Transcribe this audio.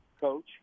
coach